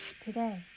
today